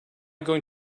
going